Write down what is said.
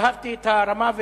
ואהבתי את הרמה,